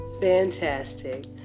fantastic